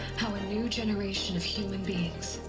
how a new generation of human beings.